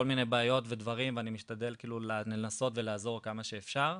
מיני בעיות ודברים ואני משתדל לנסות ולעזור כמה שאפשר,